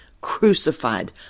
crucified